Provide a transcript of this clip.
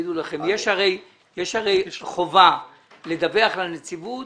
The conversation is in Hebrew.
יש הרי חובה לדווח לנציבות